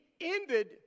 ended